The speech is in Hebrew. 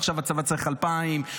עכשיו הצבא צריך 2,000,